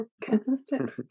consistent